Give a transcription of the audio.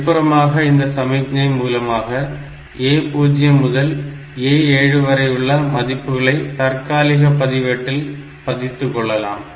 வெளிப்புறமாக இந்த சமிக்ஞை மூலமாக A0 முதல் A7 வரையுள்ள மதிப்புகளை தற்காலிக பதிவேட்டில் பதித்துக்கொள்ளலாம்